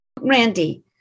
Randy